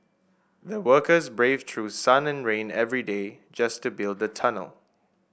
the workers braved through sun and rain every day just to build the tunnel